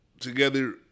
together